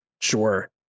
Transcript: Sure